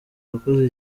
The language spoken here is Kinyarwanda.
wakoze